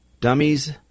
Dummies